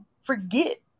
forget